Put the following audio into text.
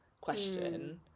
question